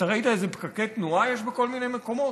אתה ראית איזה פקקי תנועה יש בכל מיני מקומות?